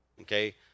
Okay